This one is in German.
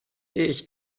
ich